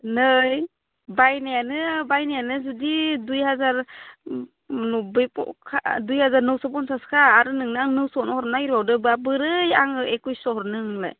नै बाइनायानो बाइनायानो जुदि दुइ हाजार नबबै बखा दुइ हाजार नौस' फनसास थाखा आरो नोंनो आं नौसआवनो हरनो नागिरबावदों बा बोरै आङो एकइसस' हरनो नोंलाय